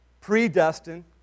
predestined